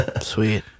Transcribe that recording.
Sweet